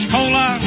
Cola